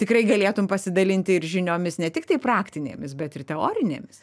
tikrai galėtum pasidalinti ir žiniomis ne tiktai praktinėmis bet ir teorinėmis